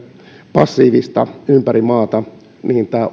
passiivista ympäri maata tämä